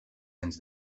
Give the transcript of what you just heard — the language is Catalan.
anys